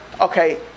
okay